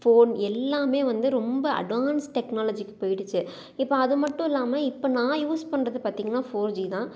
phone எல்லாமே வந்து ரொம்ப அட்வான்ஸ் டெக்னாலஜிக்கு போயிடுச்சு இப்போ அது மட்டும் இல்லாமல் இப்போ நான் யூஸ் பண்ணுறது பார்த்தீங்கனா ஃபோர் ஜீ தான்